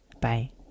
Bye